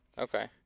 Okay